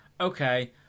okay